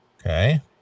Okay